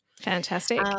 Fantastic